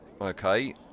Okay